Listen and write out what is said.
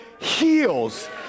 heals